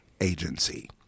agency